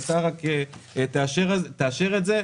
שאתה רק תאשר את זה,